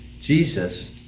Jesus